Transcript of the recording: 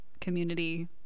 community